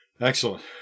Excellent